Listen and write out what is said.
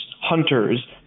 hunters